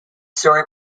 story